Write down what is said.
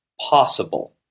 possible